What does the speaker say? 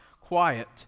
quiet